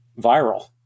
viral